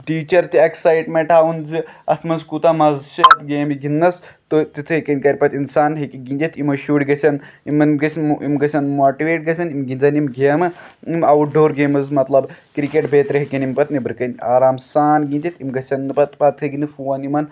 teacher تہِ excitement ہاوُن زِ اَتھ منٛز کوٗتاہ مَزٕ چھُ گیمہِ گِندنَس تہٕ تِتھَے کَنۍ کرِ پَتہٕ اِنسان ہیٚکہِ گِندِتھ یِمن شُرۍ گژھَن یِمن یِم گژھَن موٹِویٹ گژھَن یِم گِندَن یِم گیمہٕ یِم اَوُٹ ڈور گیمٔز مطلب کِرکٹ بیترِ ہٮ۪کَن یِم پَتہٕ نیبرٕ کَنۍ آرام سان گِندِتھ یِم گژھَن نہٕ پَتہٕ پَتہٕ ہیٚکہِ نہٕ فون یِمن